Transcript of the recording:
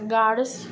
guards